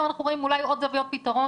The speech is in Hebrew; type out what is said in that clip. פתאום אנחנו רואים אולי עוד זוויות פתרון,